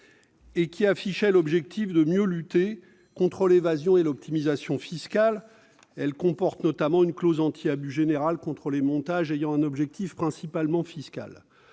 affiché était de mieux lutter contre l'évasion et l'optimisation fiscales : elle comporte notamment une clause anti-abus générale contre les montages ayant un objectif principalement fiscal.